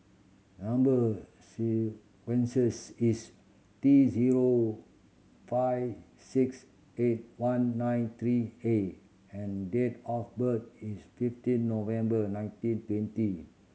number sequence is T zero five six eight one nine three A and date of birth is fifteen November nineteen twenty